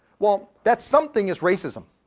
well, that something is racism.